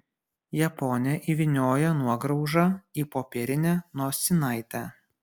japonė įvynioja nuograužą į popierinę nosinaitę